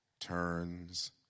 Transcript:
turns